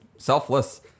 Selfless